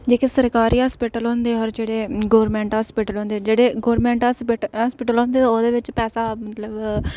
जेह्के सरकारी हाॅस्पिटल होंदे ते और जेह्ड़े गवर्नमेंट होंदे न जेह्ड़े गवर्नमेंट होंदे ओह्दे बिच पैसा